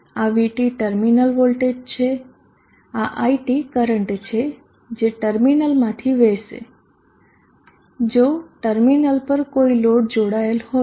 આ VT terminal voltage છે આ iT કરંટ છે જે ટર્મિનલ માંથી વહેશે જો ટર્મિનલ પર કોઈ લોડ જોડાયેલ હોય